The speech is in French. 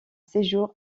séjour